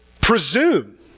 presume